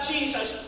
Jesus